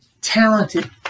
talented